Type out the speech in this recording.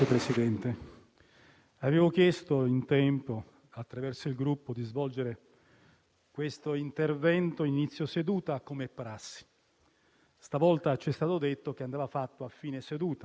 Stavolta c'è stato detto che andava fatto a fine seduta e ora lo facciamo a fine della fine seduta, quando i nostri colleghi parlamentari hanno lasciato quest'Aula.